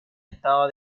estado